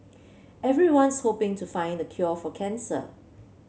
everyone's hoping to find the cure for cancer